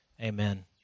Amen